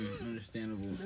Understandable